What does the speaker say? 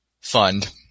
Fund